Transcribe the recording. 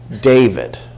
David